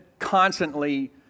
Constantly